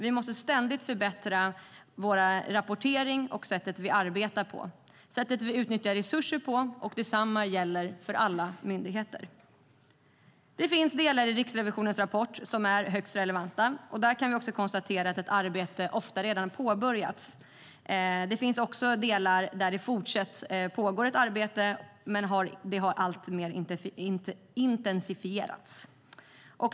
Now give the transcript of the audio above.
Vi måste ständigt förbättra vår rapportering, sättet vi arbetar på och sättet vi nyttjar våra resurser på. Detsamma gäller för alla myndigheter. Det finns delar i Riksrevisionens rapport som är högst relevanta, och där kan vi konstatera att ett arbete ofta redan påbörjats. Det finns också delar där det pågår ett arbete som nu alltmer intensifieras.